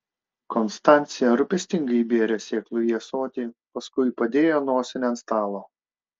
konstancija rūpestingai įbėrė sėklų į ąsotį paskui padėjo nosinę ant stalo